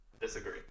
Disagree